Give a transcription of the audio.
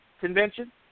convention